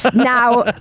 but now,